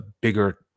bigger